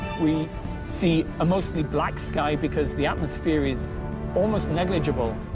we see a mostly black sky, because the atmosphere is almost negligible.